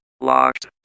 locked